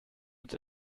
uns